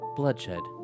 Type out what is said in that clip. bloodshed